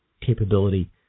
capability